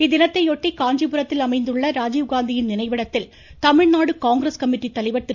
இத்தினத்தையொட்டி காஞ்சிபுரத்தில் அமைந்துள்ள ராஜீவ்காந்தியின் நினைவிடத்தில் தமிழ்நாடு காங்கிரஸ் கமிட்டி தலைவர் திரு